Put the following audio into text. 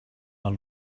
our